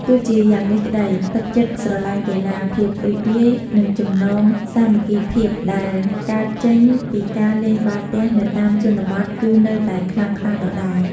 ទោះជាយ៉ាងនេះក្ដី ទឹកចិត្តស្រឡាញ់កីឡា ភាពរីករាយ និងចំណងសាមគ្គីភាពដែលកើតចេញពីការលេងបាល់ទះនៅតាមជនបទគឺនៅតែខ្លាំងក្លាដដែល។